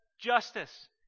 justice